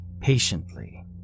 patiently